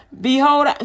Behold